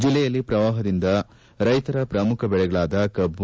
ಜಿಲ್ಲೆಯಲ್ಲಿ ಶ್ರವಾಹದಿಂದ ರೈತರ ಶ್ರಮುಖ ಬೆಳೆಗಳಾದ ಕಬ್ಬು